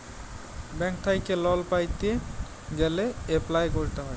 bank থ্যাইকে loan পাইতে গ্যালে এপ্লায় ক্যরতে হ্যয়